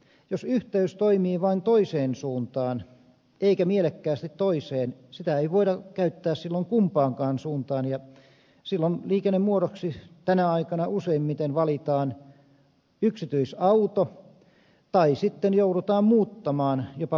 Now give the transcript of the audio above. jos yhteys toimii vain toiseen suuntaan eikä mielekkäästi toiseen sitä ei voida käyttää silloin kumpaankaan suuntaan ja silloin liikennemuodoksi tänä aikana useimmiten valitaan yksityisauto tai sitten joudutaan muuttamaan jopa paikkakuntaa